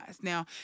Now